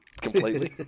completely